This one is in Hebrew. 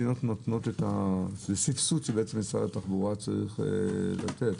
זה סבסוד שמשרד התחבורה צריך לתת.